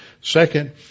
Second